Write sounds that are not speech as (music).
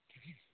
(unintelligible)